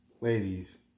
Ladies